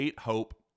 Hope